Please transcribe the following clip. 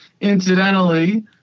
incidentally